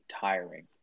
tiring